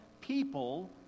people